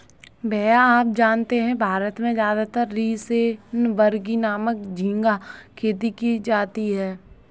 भैया आप जानते हैं भारत में ज्यादातर रोसेनबर्गी नामक झिंगा खेती की जाती है